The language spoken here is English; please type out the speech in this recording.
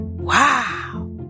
Wow